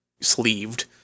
sleeved